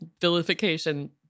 vilification